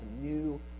new